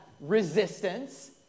resistance